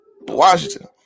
Washington